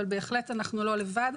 אבל בהחלט אנחנו לא לבד.